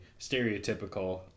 stereotypical